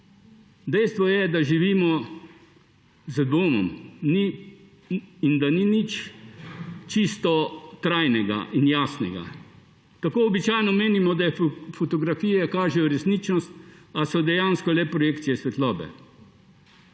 Dejstvo je, da živimo z dvomom in da ni nič čisto trajnega in jasnega. Tako običajno menimo, da fotografije kažejo resničnost, a so dejansko le projekcije svetlobe.